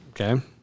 Okay